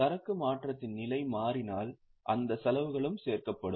சரக்கு மாற்றத்தின் நிலை மாறினால் அந்த செலவுகளும் சேர்க்கப்படும்